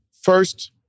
first